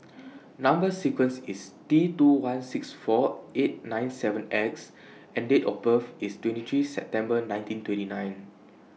Number sequence IS T two one six four eight nine seven X and Date of birth IS twenty three September nineteen twenty nine